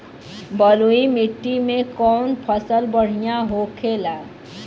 बलुई मिट्टी में कौन फसल बढ़ियां होखे ला?